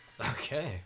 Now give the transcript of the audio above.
Okay